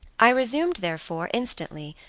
i resumed, therefore, instantly,